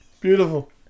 Beautiful